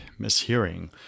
mishearing